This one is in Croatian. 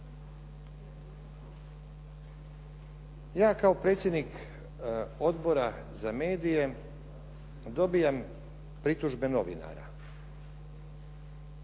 Ja kao predsjednik Odbora za medije dobivam pritužbe novinara